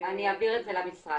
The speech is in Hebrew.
אני אעביר את זה למשרד.